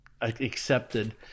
accepted